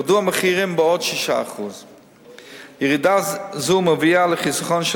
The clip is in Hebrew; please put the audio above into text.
ירדו המחירים בעוד 6%. ירידה זו מביאה לחיסכון של